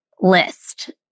list